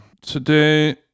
today